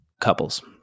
couples